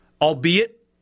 albeit